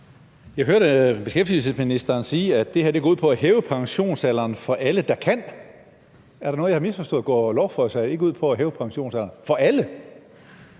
Jeg hørte beskæftigelsesministeren sige, at det her går ud på at hæve pensionsalderen for alle, der kan. Er der noget, jeg har misforstået? Går lovforslaget ikke ud på at hæve pensionsalderen for alle?